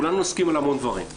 כולנו נסכים על המון דברים.